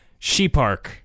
Sheepark